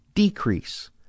Decrease